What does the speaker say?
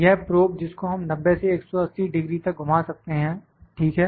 यह प्रोब जिसको हम 90 से 180° तक घुमा सकते हैं ठीक है